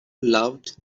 loved